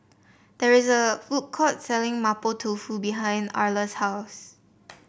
there is a food court selling Mapo Tofu behind Arla's house